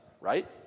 right